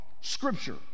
scripture